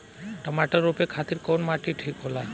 टमाटर रोपे खातीर कउन माटी ठीक होला?